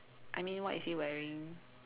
I mean what is he wearing